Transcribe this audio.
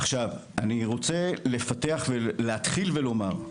עכשיו, אני רוצה לפתח ולהתחיל ולומר: